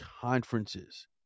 conferences